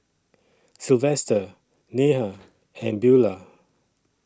Silvester Neha and Beula